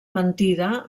mentida